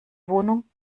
wohnung